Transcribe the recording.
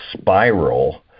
spiral